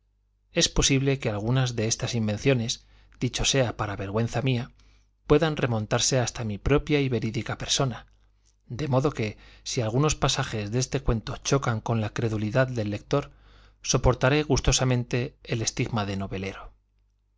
es posible que algunas de estas invenciones dicho sea para vergüenza mía puedan remontarse hasta mi propia y verídica persona de modo que si algunos pasajes de este cuento chocan con la credulidad del lector soportaré gustosamente el estigma de novelero